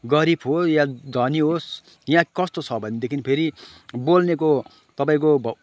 गरिब होस् या धनी होस् यहाँ कस्तो छ भनेदेखि फेरि बोल्नेको तपाईँको भ